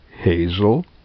hazel